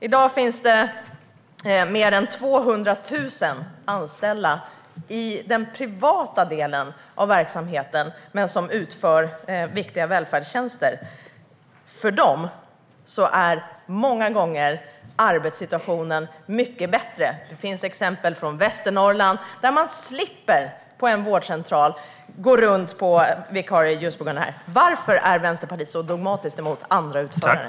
I dag finns det mer än 200 000 anställda i den privata delen av verksamheten som utför viktiga välfärdstjänster. För dem är många gånger arbetssituationen mycket bättre. Det finns exempel från Västernorrland där man på en vårdcentral slipper gå runt med vikarier på grund av detta. Varför är Vänsterpartiet så dogmatiskt emot andra utförare?